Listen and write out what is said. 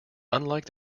unlike